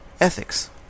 Ethics